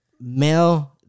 male